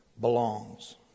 belongs